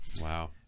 Wow